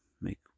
make